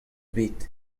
bet